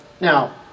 Now